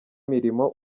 imirimo